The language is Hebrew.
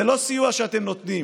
זה לא סיוע שאתם נותנים